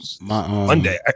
Monday